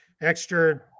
extra